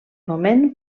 moment